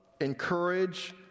encourage